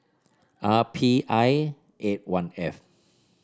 R P I eight one F